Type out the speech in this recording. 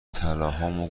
طلاهامو